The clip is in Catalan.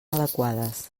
adequades